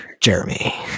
Jeremy